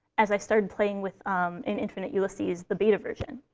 as i started playing with um in infinite ulysses, the beta version.